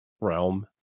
realm